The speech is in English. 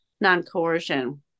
non-coercion